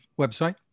website